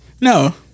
No